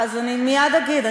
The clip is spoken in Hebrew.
אז אני מייד אגיד.